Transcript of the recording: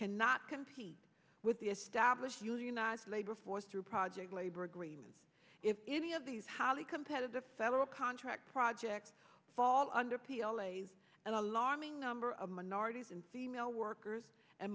cannot continue with the established unionized labor force through project labor agreement if any of these highly competitive federal contract projects fall under p l a's and alarming number of minorities and female workers and